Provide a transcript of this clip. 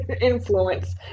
Influence